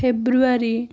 February